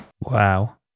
Wow